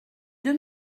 deux